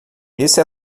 esse